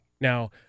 Now